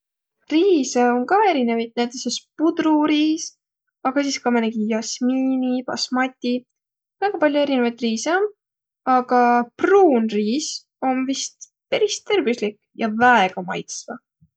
Riise om ka erinevit, näütüses pudruriis, aga ka sis määnegi jasmiini, basmati. Väega palläo erinevit riise om, aga pruun riis om vist peris tervüslik ja väega maitsva.